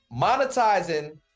monetizing